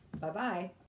Bye-bye